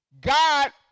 God